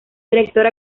director